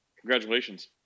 Congratulations